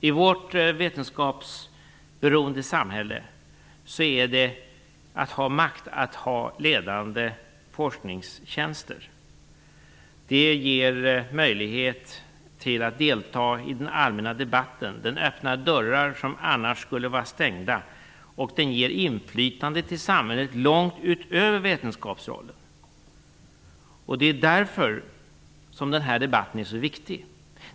I vårt vetenskapsberoende samhälle ger det makt att inneha en ledande forskningstjänst. Det ger möjlighet att delta i den allmänna debatten, det öppnar dörrar som annars skulle vara stängda och det ger inflytande i samhället långt utöver vetenskapsrollen. Det är därför denna debatt är så viktig.